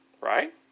right